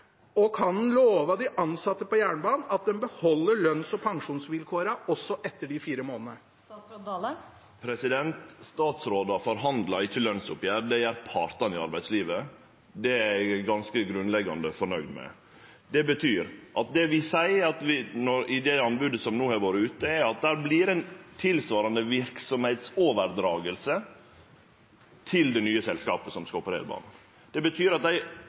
og kan han love de ansatte på jernbanen at de beholder lønns- og pensjonsvilkårene også etter de fire månedene? Statsrådar forhandlar ikkje lønsoppgjer, det gjer partane i arbeidslivet. Det er eg ganske grunnleggjande fornøgd med. Det betyr at det vi seier i det anbodet som no har vore ute, er at det vert ei tilsvarande verksemdsoverdraging til det nye selskapet som skal operere banen. Det betyr at dei